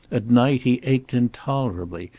at night he ached intolerably,